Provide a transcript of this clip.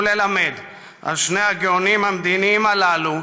וללמד על שני הגאונים המדיניים הללו,